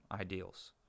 ideals